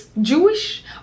Jewish